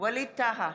ווליד טאהא,